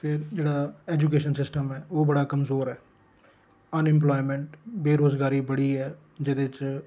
ते जेह्ड़ा education system ऐ ओह बड़ा कमज़ोर ऐ अनइम्पलायमैंट बेरोज़गारी बड़ी जेह्दे च